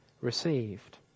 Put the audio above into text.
received